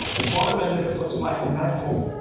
the bottom end of it looks like metal,